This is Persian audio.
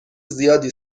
زیادی